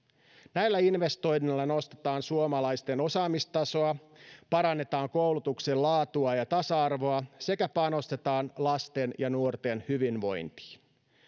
näillä investoinneilla nostetaan suomalaisten osaamistasoa parannetaan koulutuksen laatua ja tasa arvoa sekä panostetaan lasten ja nuorten hyvinvointiin